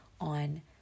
on